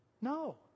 No